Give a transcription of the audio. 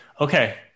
Okay